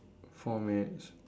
four minutes